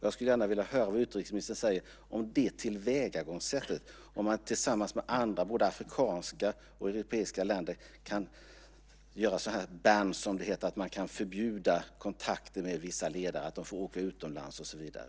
Jag skulle gärna vilja höra vad utrikesministern säger om tillvägagångssättet att man tillsammans med andra, både afrikanska och europeiska länder kan ban , det vill säga förbjuda, kontakten med vissa ledare och att de får åka utomlands och så vidare.